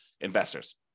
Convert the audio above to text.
investors